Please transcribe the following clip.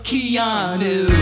Keanu